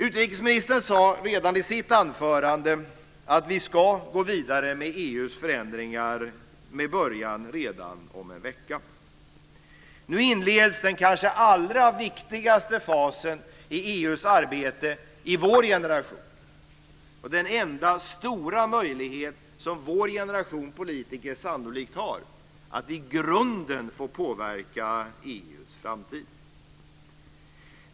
Utrikesministern sade redan i sitt anförande att vi ska gå vidare med EU:s förändringar med början redan om en vecka. Nu inleds den kanske allra viktigaste fasen i EU:s arbete i vår generation och den enda stora möjlighet som vår generation politiker sannolikt har att i grunden få påverka EU:s framtid.